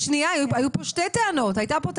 היו פה שתי טענות, שהם לאו דווקא אותו דבר.